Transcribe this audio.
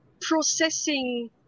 processing